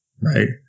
right